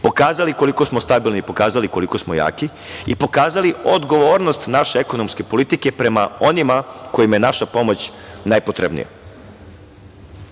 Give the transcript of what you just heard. pokazali koliko smo stabilni i pokazali koliko smo jaki i pokazali odgovornost naše ekonomske politike prema onima kojima je naša pomoć najpotrebnija. Ne